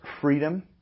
freedom